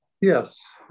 Yes